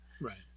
Right